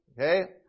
okay